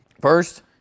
First